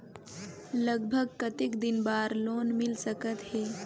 लगभग कतेक दिन बार लोन मिल सकत हे?